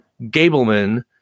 Gableman